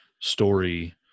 Story